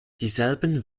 dieselben